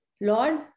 Lord